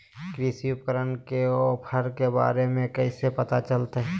कृषि उपकरण के ऑफर के बारे में कैसे पता चलतय?